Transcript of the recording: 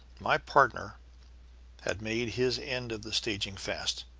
my partner had made his end of the staging fast,